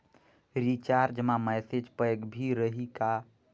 Recharge मा message pack भी रही का?